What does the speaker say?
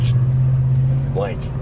blank